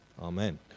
Amen